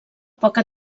poca